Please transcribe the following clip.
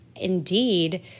indeed